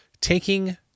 taking